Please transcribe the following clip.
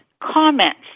comments